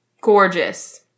gorgeous